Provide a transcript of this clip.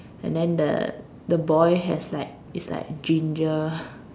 and then the the boy has like is like ginger